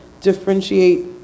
differentiate